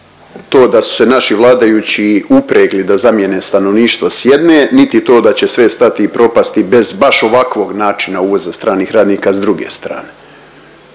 to da su se naši vladajući upregli da zamjene stanovništvo s jedne, niti to da će sve stati i propasti bez baš ovakvog načina uvoza stranih radnika s druge strane.